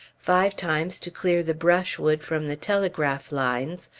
five times to clear the brushwood from the telegraph lines,